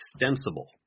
extensible